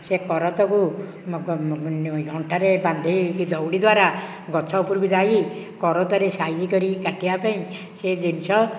ସେ କରତକୁ ଅଣ୍ଟାରେ ବାନ୍ଧି ଦଉଡ଼ି ଦ୍ୱାରା ଗଛ ଉପରକୁ ଯାଇ କରତରେ ସାଇଜ କରି କାଟିବା ପାଇଁ ସେହି ଜିନିଷ